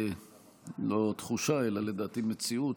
לא תחושה אלא לדעתי מציאות,